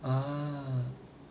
ah